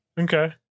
Okay